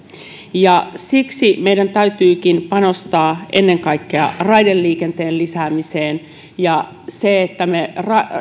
siksi meidän täytyykin panostaa ennen kaikkea raideliikenteen lisäämiseen ja se että